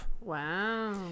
Wow